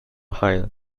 hail